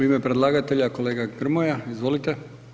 U ime predlagatelja kolega Grmoja, izvolite.